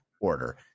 order